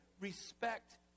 respect